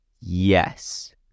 Yes